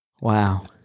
wow